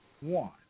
one